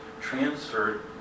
transferred